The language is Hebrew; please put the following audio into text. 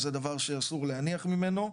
אז זה דבר שאסור להניח ממנו.